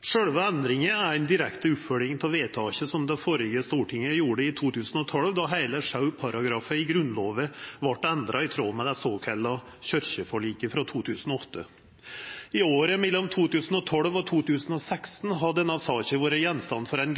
Sjølve endringane er ei direkte oppfølging av vedtaka som det førre stortinget gjorde i 2012, då heile sju paragrafar i Grunnloven vart endra, i tråd med det såkalla kyrkjeforliket frå 2008. I åra mellom 2012 og 2016 vart denne saka